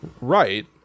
right